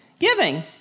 Giving